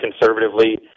conservatively